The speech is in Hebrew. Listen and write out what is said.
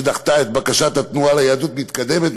שדחתה את בקשת התנועה ליהדות מתקדמת,